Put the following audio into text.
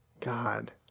God